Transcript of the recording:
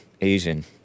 Asian